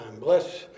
Bless